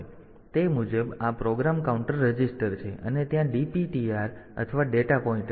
તેથી તે મુજબ આ પ્રોગ્રામ કાઉન્ટર રજીસ્ટર છે અને ત્યાં DPTR અથવા ડેટા પોઇન્ટર છે